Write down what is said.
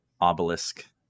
obelisk